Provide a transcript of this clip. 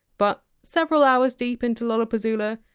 but, several hours deep into lollapuzzoola,